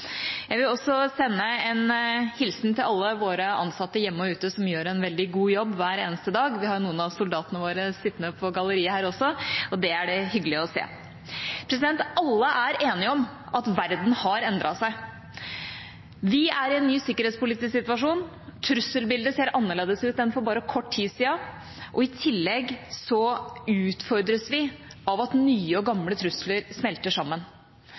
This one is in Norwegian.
Jeg vil også sende en hilsen til alle våre ansatte hjemme og ute, som gjør en veldig god jobb hver eneste dag. Vi har noen av soldatene våre sittende på galleriet her også, og det er hyggelig å se. Alle er enige om at verden har endret seg. Vi er i en ny sikkerhetspolitisk situasjon. Trusselbildet ser annerledes ut enn for bare kort tid siden, og i tillegg utfordres vi av at nye og gamle trusler smelter sammen.